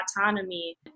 autonomy